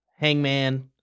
Hangman